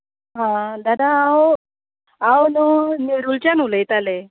हय दादा हांव हांव न्हू नेरुलच्यान उलयतालें